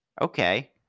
Okay